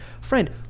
friend